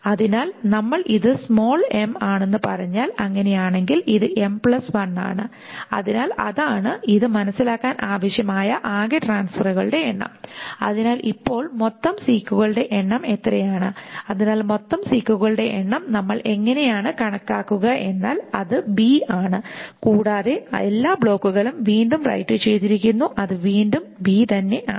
അതിനാൽ നമ്മൾ ഇത് സ്മാൾ ആണെന്ന് പറഞ്ഞാൽ അങ്ങനെയാണെങ്കിൽ ഇത് ആണ് അതിനാൽ അതാണ് ഇത് മനസ്സിലാക്കാൻ ആവശ്യമായ ആകെ ട്രാൻസ്ഫറുകളുടെ എണ്ണം അതിനാൽ ഇപ്പോൾ മൊത്തം സീക്കുകളുടെ എണ്ണം എത്രയാണ് അതിനാൽ മൊത്തം സീക്കുകളുടെ എണ്ണം നമ്മൾ എങ്ങനെയാണ് കണക്കാക്കുക എന്നാൽ അത് ആണ് കൂടാതെ എല്ലാ ബ്ലോക്കുകളും വീണ്ടും റൈറ്റ് ചെയ്തിരിക്കുന്നു അത് വീണ്ടും തന്നെയാണ്